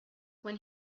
when